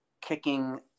kicking